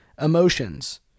emotions